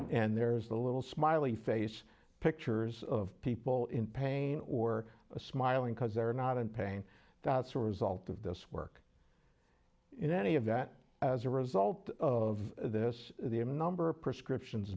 and there's a little smiley face pictures of people in pain or smiling because they're not in pain that's a result of this work in any of that as a result of this the m number prescriptions